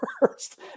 first